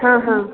हां हां